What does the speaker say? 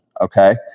okay